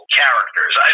characters